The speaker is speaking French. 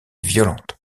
violentes